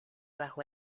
bajo